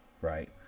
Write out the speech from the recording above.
right